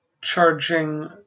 Charging